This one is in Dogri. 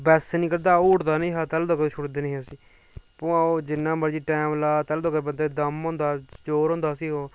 बैसे निकलदा ओह् उठदा नेईं हा तैह्लू तक्क छोड़दे नेईं हे उस्सी उ'आं ओह् जिन्ना मर्जी टैम ला अगर बंदे च दम होंदा जोर होंदा उस्सी ओह्